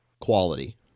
quality